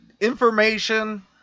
Information